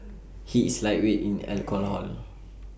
he is lightweight in alcohol